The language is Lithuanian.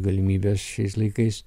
galimybės šiais laikais